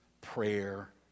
prayer